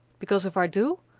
because if i do,